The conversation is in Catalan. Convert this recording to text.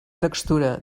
textura